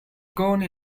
gone